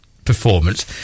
performance